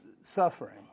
suffering